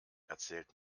erzählt